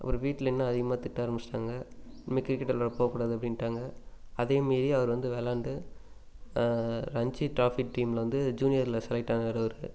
அவர் வீட்டில் இன்னும் அதிகமாக திட்ட ஆரம்பிச்சிவிட்டாங்க இனிமேல் கிரிக்கெட் விளையாட போகக்கூடாது அப்படின்ட்டாங்க அதையும் மீறி அவர் வந்து விளையாண்டு ரஞ்சி டிராஃபி டீம்மில் வந்து ஜூனியரில் செலெக்ட் ஆனார் அவர்